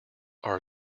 are